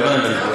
הבנתי.